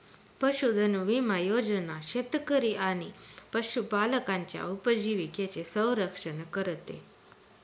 पशुधन विमा योजना शेतकरी आणि पशुपालकांच्या उपजीविकेचे संरक्षण करते